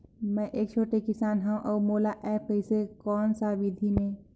मै एक छोटे किसान हव अउ मोला एप्प कइसे कोन सा विधी मे?